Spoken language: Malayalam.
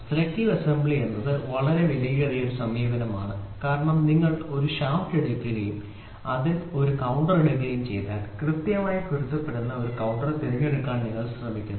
സെലക്ടീവ് അസംബ്ലി എന്നത് വിലയേറിയ ഒരു സമീപനമാണ് കാരണം നിങ്ങൾ ഒരു ഷാഫ്റ്റ് എടുക്കുകയും അതിന്റെ ഒരു കൌണ്ടർ എടുക്കുകയും ചെയ്താൽ കൃത്യമായി പൊരുത്തപ്പെടുന്ന ഒരു കൌണ്ടർ തിരഞ്ഞെടുക്കാൻ നിങ്ങൾ ശ്രമിക്കുന്നു